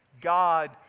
God